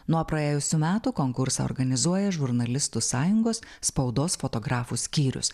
nuo praėjusių metų konkursą organizuoja žurnalistų sąjungos spaudos fotografų skyrius